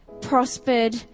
prospered